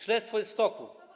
Śledztwo jest w toku.